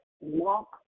walk